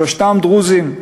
שלושתם דרוזים.